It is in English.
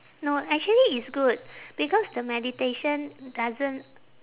no actually it's good because the meditation doesn't